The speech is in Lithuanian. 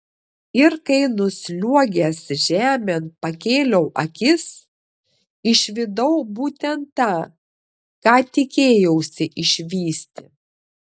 ir kai nusliuogęs žemėn pakėliau akis išvydau būtent tą ką tikėjausi išvysti